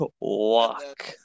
Walk